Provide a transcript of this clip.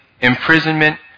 imprisonment